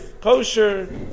Kosher